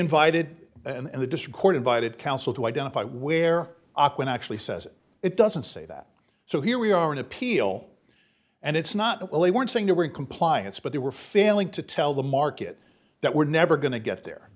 invited and the discord invited council to identify where auckland actually says it doesn't say that so here we are in appeal and it's not well they weren't saying they were in compliance but they were failing to tell the market that we're never going to get there